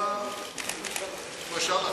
משל אחר.